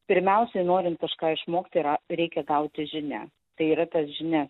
pirmiausiai norint kažką išmokti yra reikia gauti žinią tai yra tas žinias